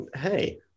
Hey